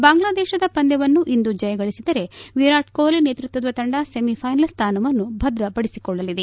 ಬಾಂಗ್ಲಾದೇಶದ ಪಂದ್ಯವನ್ನು ಇಂದು ಜಯಗಳಿಸಿದರೆ ವಿರಾಟ್ ಕೋಹ್ಲಿ ನೇತೃತ್ವದ ತಂಡ ಸೆಮಿಫೈನಲ್ ಸ್ವಾನವನ್ನು ಭದ್ರತಪಡಿಸಿಕೊಳ್ಳಲಿದೆ